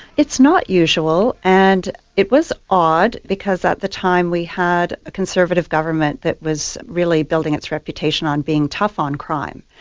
it's not usual and it was odd because at the time we had a conservative government that was really building its reputation on being tough on crime.